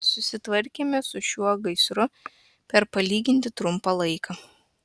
susitvarkėme su šiuo gaisru per palyginti trumpą laiką